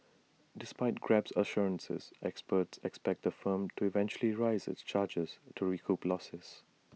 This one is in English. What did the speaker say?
despite grab's assurances experts expect the firm to eventually raise its charges to recoup losses